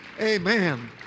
Amen